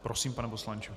Prosím, pane poslanče.